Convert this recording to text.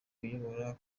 uyoboye